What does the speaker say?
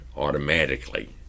automatically